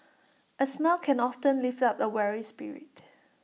A smile can often lift up A weary spirit